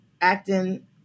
acting